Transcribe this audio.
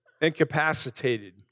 incapacitated